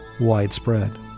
widespread